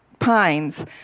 pines